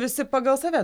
visi pagal save